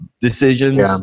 decisions